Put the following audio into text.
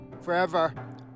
forever